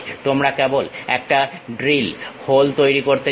তোমরা কেবল একটা ড্রিল হোল তৈরি করতে চাও